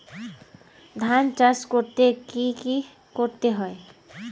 ধান চাষ করতে কি কি করতে হয়?